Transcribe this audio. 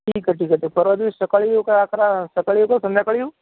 ठीक आहे ठीक आहे परवा दिवशी सकाळी येऊ का अकरा सकाळी येऊ का संध्याकाळी येऊ